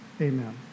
Amen